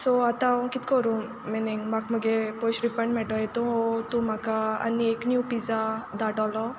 so आतां हांव कितें करूं मिनींग म्हाका मुगे पयशे रिफंड मेयटोलो कांय नीव पिझ्झा